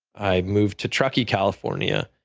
i moved to truckee, california,